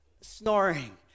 snoring